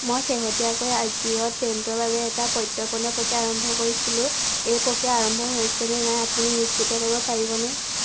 মই শেহতীয়াকৈ আজিঅ'ত পেণ্টৰ বাবে এটা প্ৰত্যৰ্পণ প্ৰক্ৰিয়া আৰম্ভ কৰিছিলোঁ এই প্ৰক্ৰিয়া আৰম্ভ হৈছেনে নাই আপুনি নিশ্চিত কৰিব পাৰিবনে